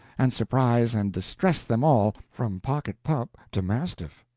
and surprise and distress them all, from pocket-pup to mastiff,